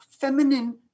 feminine